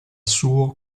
suo